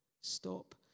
Stop